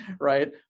right